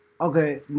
Okay